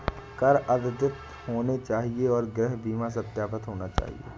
कर अद्यतित होने चाहिए और गृह बीमा सत्यापित होना चाहिए